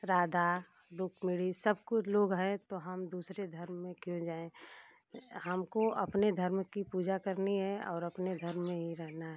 राधा रुक्मिणी सब कुछ लोग हैं तो हम दूसरे धर्म में क्यों जायें हमको अपने धर्म की पूजा करनी है और अपने धर्म में हीं रहना है